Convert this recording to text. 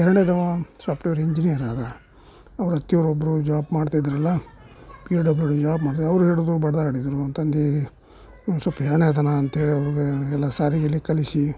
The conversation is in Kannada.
ಎರಡನೇದವ ಸಾಫ್ಟ್ವೇರ್ ಇಂಜಿನಿಯರ್ ಆದ ಅವ್ರ ಅತ್ತೆಯವ್ರು ಒ ಬ್ಬರು ಜಾಬ್ ಮಾಡ್ತಿದ್ದರಲ್ಲ ಪಿ ಡಬ್ಲ್ಯೂ ಡಿ ಜಾಬ್ ಮಾಡ್ತಿದ್ದರು ಅವರು ಹಿಡ್ದು ಬಡೆದಾಡಿದ್ರು ಅಂತಂದು ಒಂದು ಸ್ವಲ್ಪ ಅದಾನ ಅಂತ್ಹೇಳಿ ಅವ್ನ್ಗೆ ಎಲ್ಲ ಶಾಲಿ ಗೀಲಿ ಕಲಿಸಿ